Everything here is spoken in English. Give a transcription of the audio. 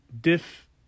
Diff